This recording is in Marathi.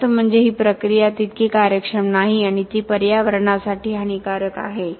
जास्त म्हणजे ही प्रक्रिया तितकी कार्यक्षम नाही आणि ती पर्यावरणासाठी हानिकारक आहे